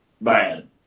bad